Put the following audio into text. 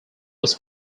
was